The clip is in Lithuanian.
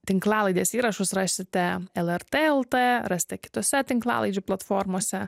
tinklalaidės įrašus rasite lrt lt rasite kitose tinklalaidžių platformose